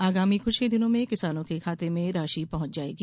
आगामी कुछ दिनों में ही किसानों के खाते में राशि पहुँच जाएगी